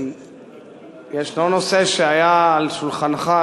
נושא שהיה על שולחנך,